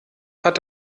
hat